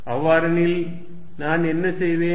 அவ்வாறெனில் நான் என்ன செய்வேன்